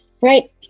Right